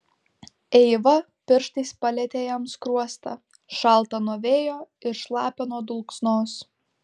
eiva pirštais palietė jam skruostą šaltą nuo vėjo ir šlapią nuo dulksnos